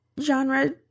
genre